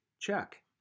Check